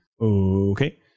Okay